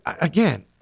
again